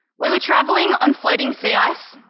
we were traveling on floating sea ice,